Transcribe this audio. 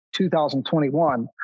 2021